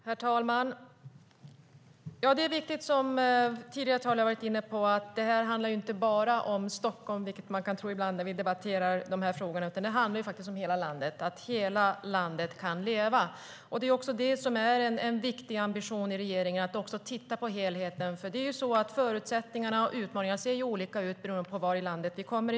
Herr talman! Det som tidigare talare varit inne på är viktigt. Detta handlar inte bara om Stockholm, vilket man kan tro ibland när vi debatterar de här frågorna. Det handlar om hela landet och om att hela landet kan leva. Det är en viktig ambition för regeringen att titta på helheten. Förutsättningarna och utmaningarna ser olika ut beroende på varifrån i landet vi kommer.